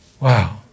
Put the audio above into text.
Wow